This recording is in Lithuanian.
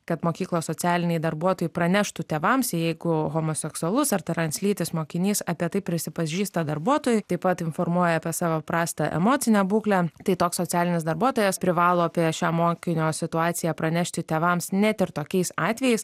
kad mokyklos socialiniai darbuotojai praneštų tėvams jeigu homoseksualus ar translytis mokinys apie tai prisipažįsta darbuotojui taip pat informuoja apie savo prastą emocinę būklę tai toks socialinis darbuotojas privalo apie šią mokinio situaciją pranešti tėvams net ir tokiais atvejais